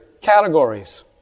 categories